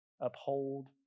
uphold